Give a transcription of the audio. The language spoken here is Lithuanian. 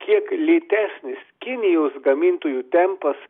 kiek lėtesnis kinijos gamintojų tempas